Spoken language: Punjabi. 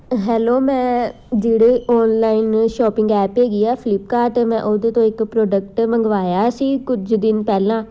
ਹੈਲੋ ਮੈਂ ਜਿਹੜੇ ਔਨਲਾਈਨ ਸ਼ੋਪਿੰਗ ਐਪ ਹੈਗੀ ਆ ਫਲਿੱਪਕਾਰਟ ਮੈਂ ਉਹਦੇ ਤੋਂ ਇੱਕ ਪ੍ਰੋਡਕਟ ਮੰਗਵਾਇਆ ਸੀ ਕੁਝ ਦਿਨ ਪਹਿਲਾਂ